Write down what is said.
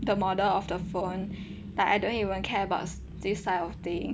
the model of the phone like I don't even care about this kind of thing